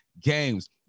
games